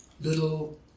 little